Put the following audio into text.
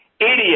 idiot